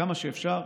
כמה שאפשר,